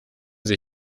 sie